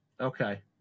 Okay